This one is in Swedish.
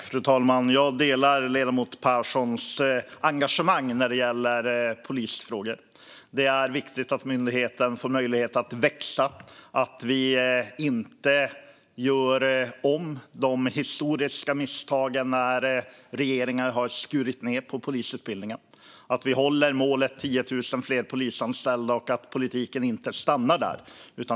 Fru talman! Jag delar ledamoten Pehrsons engagemang när det gäller polisfrågor. Det är viktigt att myndigheten får möjlighet att växa och att vi inte gör om de historiska misstagen när regeringar har skurit ned på polisutbildningen. Det är viktigt att vi håller målet om 10 000 fler polisanställda och att politiken inte stannar där.